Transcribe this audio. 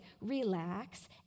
relax